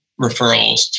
referrals